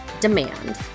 demand